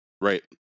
Right